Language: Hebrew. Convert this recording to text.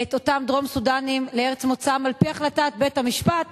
את אותם דרום-סודנים לארץ מוצאם על-פי החלטת בית-המשפט